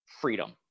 freedom